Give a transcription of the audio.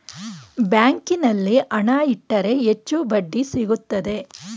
ಬ್ಯಾಂಕಿನಲ್ಲಿ ಹಣ ಇಟ್ಟರೆ ಹೆಚ್ಚು ಬಡ್ಡಿ ಸಿಗುತ್ತದೆ